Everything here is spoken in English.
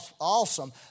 awesome